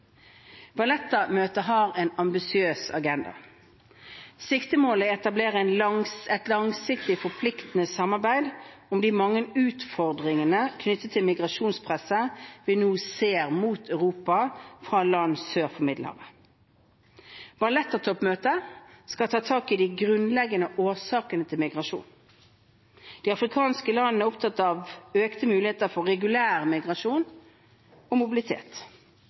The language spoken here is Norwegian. har en ambisiøs agenda. Siktemålet er å etablere et langsiktig, forpliktende samarbeid om de mange utfordringene knyttet til migrasjonspresset vi nå ser mot Europa fra land sør for Middelhavet. Valletta-toppmøtet skal ta tak i de grunnleggende årsakene til migrasjon. De afrikanske landene er opptatt av økte muligheter for regulær migrasjon og mobilitet.